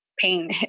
pain